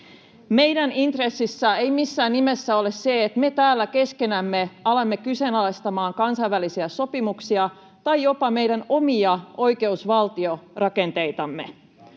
Meidän intressissämme ei missään nimessä ole se, että me täällä keskenämme alamme kyseenalaistaa kansainvälisiä sopimuksia tai jopa meidän omia oikeusvaltiorakenteitamme.